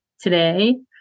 today